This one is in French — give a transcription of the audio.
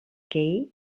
kay